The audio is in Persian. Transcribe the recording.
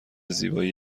زیبایی